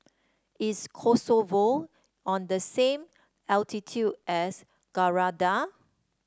is Kosovo on the same latitude as Grenada